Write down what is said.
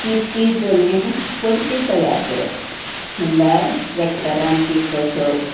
की ती जमीन परती तयार करप म्हळ्यार ट्रेक्टरांन ती कसप